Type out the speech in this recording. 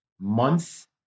month